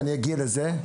ואני אגיע לזה,